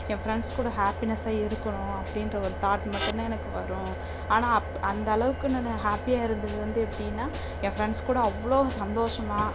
என் friends கூட ஹேப்பினஸாக இருக்கணும் அப்படின்ற ஒரு தாட் மட்டுந்தான் எனக்கு வரும் ஆனால் அப் அந்தளவுக்கு நான் ஹேப்பியாக இருந்தது வந்து எப்படின்னா என் ஃப்ரெண்ட்ஸ் கூட அவ்வளோ சந்தோஷமாக